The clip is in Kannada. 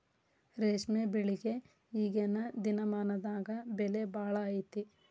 ರೇಶ್ಮೆ ಬೆಳಿಗೆ ಈಗೇನ ದಿನಮಾನದಾಗ ಬೆಲೆ ಭಾಳ ಐತಿ